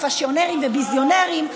פשלונרים וביזיונרים?